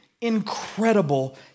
incredible